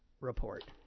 report